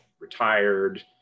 retired